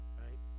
right